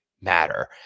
matter